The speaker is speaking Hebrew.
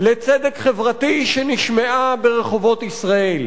לצדק חברתי שנשמעה ברחובות ישראל.